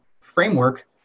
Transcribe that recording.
framework